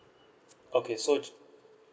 okay so